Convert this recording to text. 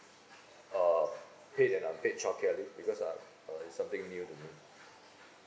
uh paid and unpaid childcare leave because uh err it's something new to me